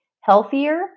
healthier